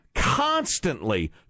Constantly